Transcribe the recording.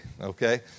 okay